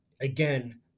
Again